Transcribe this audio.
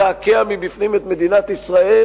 לקעקע מבפנים את מדינת ישראל,